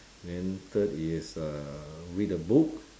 then third is uh read a book